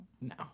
No